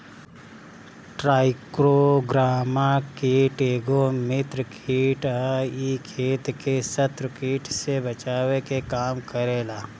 trichogramma कीट एगो मित्र कीट ह इ खेत के शत्रु कीट से बचावे के काम करेला